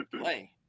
play